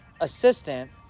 assistant